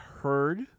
heard